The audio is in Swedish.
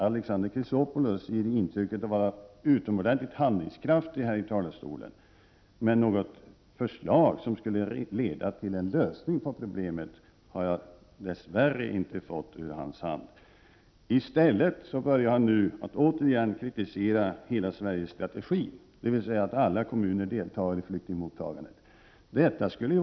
Alexander Chrisopoulos ger i talarstolen intrycket av att vara utomordentligt handlingskraftig. Men något förslag som skulle leda till en lösning på problemet har jag dess värre inte fått ur hans hand. I stället börjar nu Alexander Chrisopoulos återigen att kritisera Hela-Sverigestrategin, dvs. att alla kommuner skall delta i flyktingmottagan Prot. 1988/89:28 det.